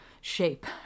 shape